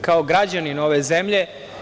kao građanin ove zemlje.